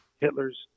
Hitler's